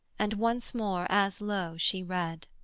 and once more, as low, she read